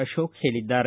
ಅಶೋಕ್ ಹೇಳಿದ್ದಾರೆ